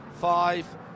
five